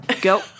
Go